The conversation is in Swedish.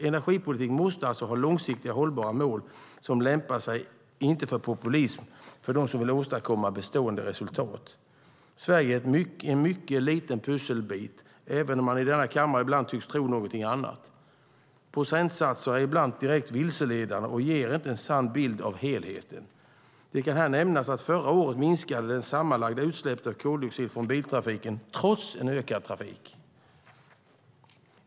Energipolitik måste ha långsiktiga och hållbara mål som inte lämpar sig för populism utan för dem som vill åstadkomma bestående resultat. Sverige är en mycket liten pusselbit, även om man i denna kammare ibland tycks tro någonting annat. Procentsatser är ibland direkt vilseledande och ger inte en sann bild av helheten. Det kan nämnas att förra året minskade det sammantagna utsläppet av koldioxid från biltrafiken trots en ökad trafik.